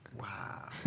wow